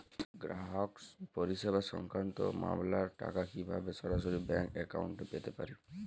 গ্রাহক পরিষেবা সংক্রান্ত মামলার টাকা কীভাবে সরাসরি ব্যাংক অ্যাকাউন্টে পেতে পারি?